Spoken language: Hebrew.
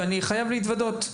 ואני חייב להתוודות,